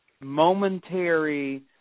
momentary